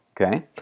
Okay